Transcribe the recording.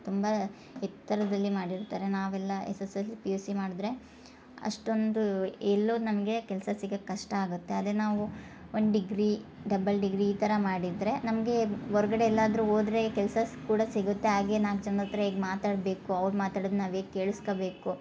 ತುಂಬಾ ಎತ್ತರದಲ್ಲಿ ಮಾಡಿರ್ತಾರೆ ನಾವೆಲ್ಲ S S L C P U C ಮಾಡ್ದ್ರೆ ಅಷ್ಟೊಂದು ಎಲ್ಲೂ ನಮಗೆ ಕೆಲಸ ಸಿಗಕ್ಕೆ ಕಷ್ಟ ಆಗತ್ತೆ ಅದೇ ನಾವು ಒಂದು ಡಿಗ್ರಿ ಡಬ್ಬಲ್ ಡಿಗ್ರಿ ಈ ಥರ ಮಾಡಿದರೆ ನಮಗೆ ಹೊರ್ಗಡೆ ಎಲ್ಲಾದರು ಹೋದ್ರೆ ಕೆಲಸ ಕೂಡ ಸಿಗತ್ತೆ ಹಾಗೆ ನಾಲ್ಕು ಜನ್ರ ಹತ್ರ ಹೇಗೆ ಮಾತಾಡಬೇಕು ಅವ್ರು ಮಾತಾಡದ್ನ ನಾವು ಹೇಗೆ ಕೇಳ್ಸ್ಕಬೇಕು